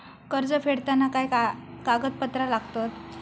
कर्ज फेडताना काय काय कागदपत्रा लागतात?